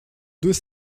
deux